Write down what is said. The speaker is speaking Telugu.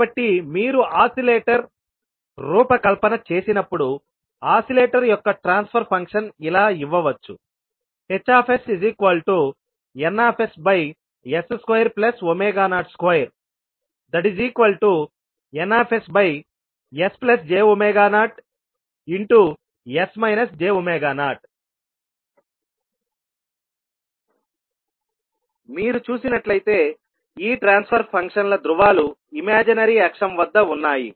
కాబట్టి మీరు ఆసిలేటర్ రూపకల్పన చేసినప్పుడు ఆసిలేటర్ యొక్క ట్రాన్స్ఫర్ ఫంక్షన్ ఇలా ఇవ్వవచ్చు HsNs202Nsj0 మీరు చూసినట్లయితే ఈ ట్రాన్స్ఫర్ ఫంక్షన్ల ధ్రువాలు ఇమాజినరీ అక్షం వద్ద ఉన్నాయి